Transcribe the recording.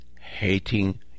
hating